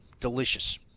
Delicious